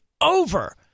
over